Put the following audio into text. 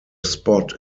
spot